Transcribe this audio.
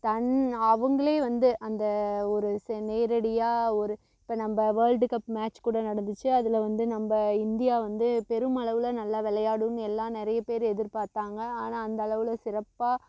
தன் அவங்களே வந்து அந்த ஒரு நேரடியாக ஒரு இப்போ நம்ம வேர்ல்ட் கப் மேட்ச் கூட நடந்துச்சு அதில் வந்து நம்ம இந்தியா வந்து பெரும் அளவில் நல்லா விளையாடும்னு எல்லாம் நிறைய பேர் எதிர்பார்த்தாங்க ஆனால் அந்தளவில் சிறப்பாக